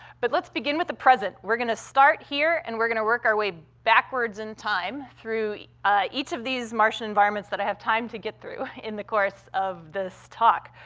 but let's begin with the present. we're gonna start here, and we're gonna work our way backwards in time through each of these martian environments that i have time to get through in the course of this talk.